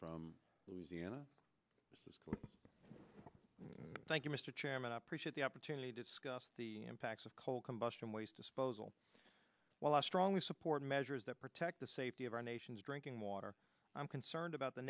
from louisiana thank you mr chairman i appreciate the opportunity to discuss the impacts of coal combustion waste disposal well i strongly support measures that protect the safety of our nation's drinking water i'm concerned about the